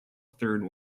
third